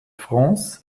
france